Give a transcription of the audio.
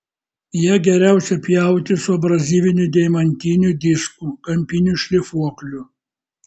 ją geriausia pjauti su abrazyviniu deimantiniu disku kampiniu šlifuokliu